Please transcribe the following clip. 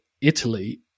italy